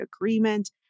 agreement